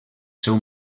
seu